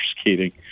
skating